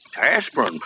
Aspirin